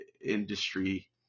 industry